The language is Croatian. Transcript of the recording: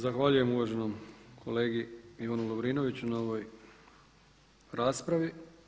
Zahvaljujem uvaženom kolegi Ivanu Lovrinoviću na ovoj raspravi.